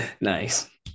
Nice